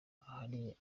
ahari